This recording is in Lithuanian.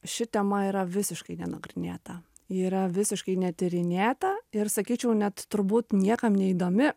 ši tema yra visiškai nenagrinėta ji yra visiškai netyrinėta ir sakyčiau net turbūt niekam neįdomi